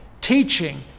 teaching